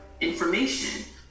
information